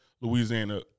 Louisiana